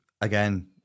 again